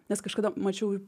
nes kažkada mačiau